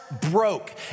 broke